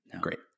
Great